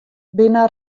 binne